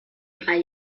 drei